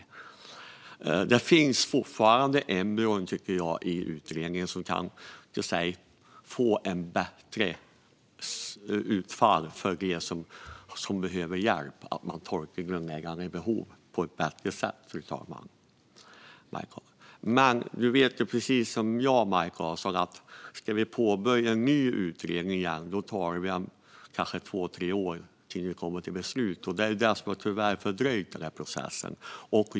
Jag tycker att det fortfarande finns embryon i utredningen som kan göra att det blir ett bättre utfall för dem som behöver hjälp så att man kan tolka "grundläggande behov" på ett bättre sätt, fru talman och Maj Karlsson. Men du vet precis som jag, Maj Karlsson, att om vi ska påbörja en ny utredning kommer det att ta två tre år innan vi kommer till ett beslut. Det är tyvärr det som har fördröjt processen.